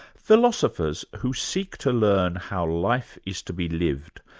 philosophers who seek to learn how life is to be lived,